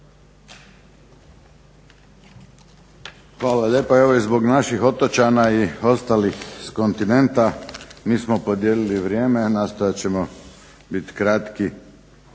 Hvala lijepa. Evo i zbog naših otočana i ostalih s kontinenta mi smo podijelili vrijeme. Nastojat ćemo bit kratki,